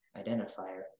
identifier